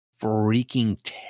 freaking